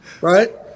right